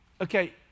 Okay